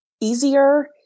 easier